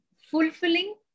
fulfilling